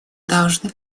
должны